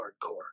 hardcore